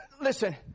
listen